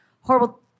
horrible